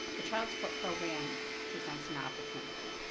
the child support program presents an opportunity.